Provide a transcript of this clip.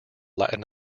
latin